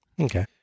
Okay